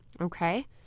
okay